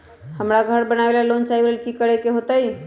हमरा घर बनाबे ला लोन चाहि ओ लेल की की करे के होतई?